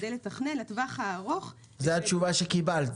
כדי לתכנן לטווח הארוך --- זו התשובה שקיבלת,